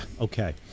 Okay